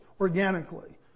organically